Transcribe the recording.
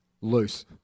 Loose